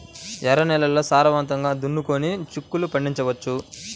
ఎర్ర నేలల్లో సారవంతంగా దున్నుకొని చిక్కుళ్ళు పండించవచ్చు